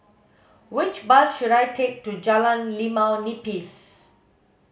which bus should I take to Jalan Limau Nipis